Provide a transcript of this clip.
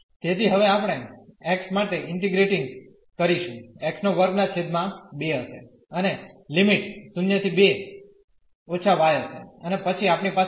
તેથીહવે આપણે x માટે integrating કરીશું x 22 હશે અને લિમિટ 0 ¿2− y હશે અને પછી આપણી પાસે dy